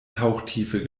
tauchtiefe